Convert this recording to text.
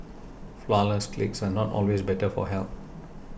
Flourless Cakes are not always better for health